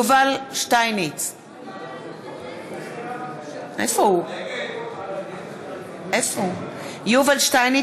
נגד אלעזר שטרן, אינו נוכח נחמן שי,